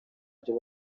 ibyo